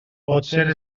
potser